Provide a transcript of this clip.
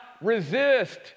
resist